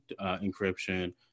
encryption